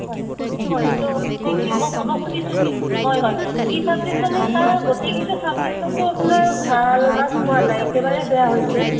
হয় হয় তো আপুনি কি মই ক'ব খুজিছোঁ কি হয় হয় কি ছাবজেক্ট মানে তাৰ গোটেইকেইটা ছাবজেক্টতে আপোনাৰ ভাল মাৰ্কচ পোৱা নাই একেবাৰে বেয়া হৈছে